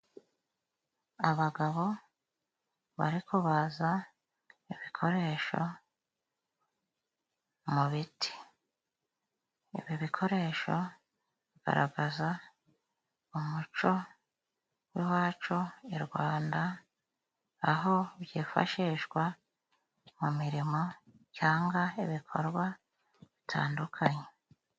Abagabo barikubaza ibikoresho mu biti. Ibi bikoresho bigaragaza umuco w'iwacu i Rwanda aho byifashishwa mu mirimo cyangwa ibikorwa bitandukanye.